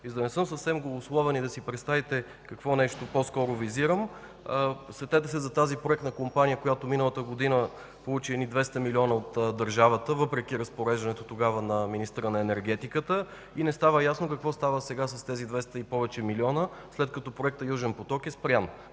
За да не съм съвсем голословен и за да си представите какво визирам, сетете се за тази проектна компания, която миналата година получи едни 200 милиона лева от държавата въпреки разпореждането тогава на министъра на енергетиката, а сега не става ясно какво става с тези над 200 милиона, след като проектът „Южен поток” е спрян